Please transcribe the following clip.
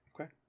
Okay